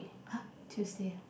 !huh! Tuesday ah